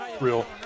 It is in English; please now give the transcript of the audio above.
real